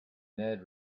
ned